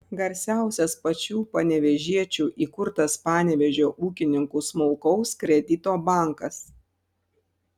garsiausias pačių panevėžiečių įkurtas panevėžio ūkininkų smulkaus kredito bankas